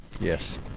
Yes